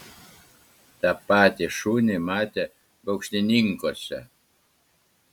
tą patį šunį matė baukštininkuose